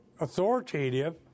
authoritative